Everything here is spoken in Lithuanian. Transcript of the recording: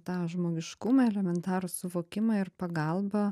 tą žmogiškumą elementarų suvokimą ir pagalbą